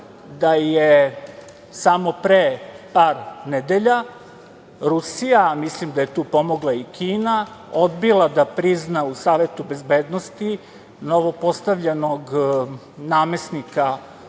da je samo pre par nedelja Rusija, mislim da je tu pomogla i Kina, odbila da prizna u Savetu bezbednosti novopostavljenog namesnika u